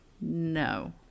No